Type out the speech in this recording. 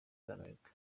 z’amerika